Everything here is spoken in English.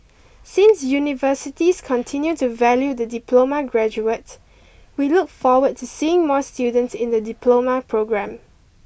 since universities continue to value the diploma graduate we look forward to seeing more students in the Diploma Programme